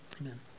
amen